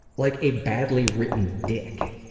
like a badly written dick.